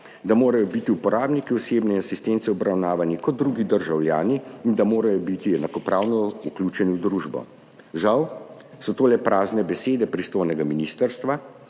da morajo biti uporabniki osebne asistence obravnavani kot drugi državljani in da morajo biti enakopravno vključeni v družbo. Žal so to le prazne besede pristojnega ministrstva,